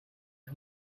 her